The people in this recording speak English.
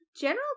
general